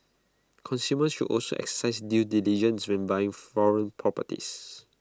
consumers should also exercise due diligence when buying foreign properties